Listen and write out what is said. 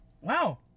Wow